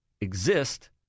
exist